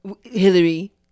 Hillary